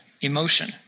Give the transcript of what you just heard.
emotion